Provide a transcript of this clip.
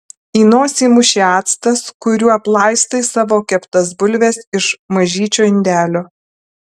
į nosį mušė actas kuriuo aplaistai savo keptas bulves iš mažyčio indelio